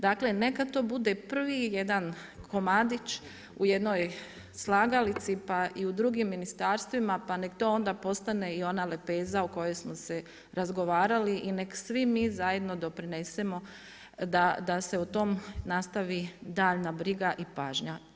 Dakle neka to bude prvi i jedan komadić u jednoj slagalici pa i u drugim ministarstvima pa nek to onda postane i ona lepeza u kojoj smo se razgovarali i neka svi mi zajedno doprinesemo da se o tom nastavi daljnja briga i pažnja.